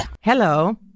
Hello